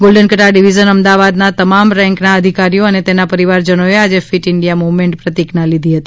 golden Katar division અમદાવાદનાં તમામ રેન્કના અધિકારીઓ અને તેના પરિવારજનોએ આજે ફિટ ઇન્ડિયા મૂવમેન્ટ પ્રતિજ્ઞા લીધી હતી